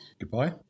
Goodbye